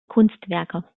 kunstwerke